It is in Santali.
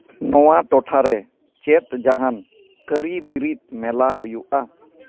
ᱱᱚᱣᱟ ᱴᱚᱴᱷᱟ ᱨᱮ ᱪᱮᱫ ᱡᱟᱦᱟᱱ ᱠᱟᱹᱨᱤ ᱵᱤᱨᱤᱫ ᱢᱮᱞᱟ ᱦᱩᱭᱩᱜᱼᱟ